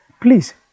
Please